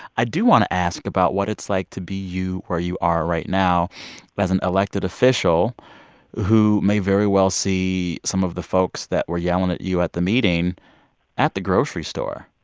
i do want to ask about what it's like to be you where you are right now as an elected official who may very well see some of the folks that were yelling at you at the meeting at the grocery store.